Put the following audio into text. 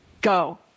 go